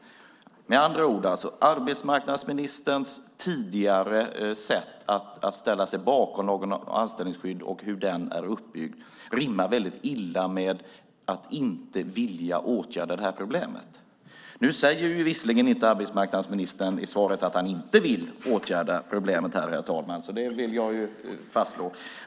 Med andra ord: Arbetsmarknadsministerns tidigare sätt att ställa sig bakom lagen om anställningsskydd och hur den är uppbyggd rimmar väldigt illa med att inte vilja åtgärda det här problemet. Visserligen säger inte arbetsmarknadsministern i svaret att han inte vill åtgärda problemet, herr talman, och det vill jag fastslå.